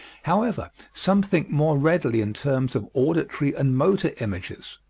however, some think more readily in terms of auditory and motor images.